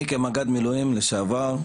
אני כמג"ד מילואים לשעבר,